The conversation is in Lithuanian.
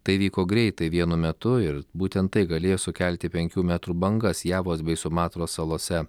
tai vyko greitai vienu metu ir būtent tai galėjo sukelti penkių metrų bangas javos bei sumatros salose